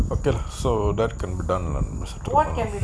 okay so that can be done lah just tomorrow